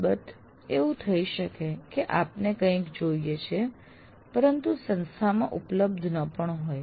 અલબત્ત એવું થઇ શકે કે આપને કંઈક જોઈએ છે પરંતુ તે સંસ્થામાં ઉપલબ્ધ ન પણ હોય